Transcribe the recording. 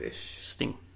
sting